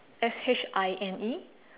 S H I N E